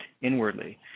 inwardly